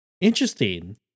interesting